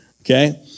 okay